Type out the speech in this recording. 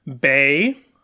Bay